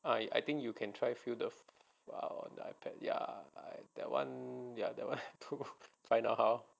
I think you can try fill the ipad ya like that one ya that one to find out how